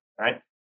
right